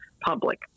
public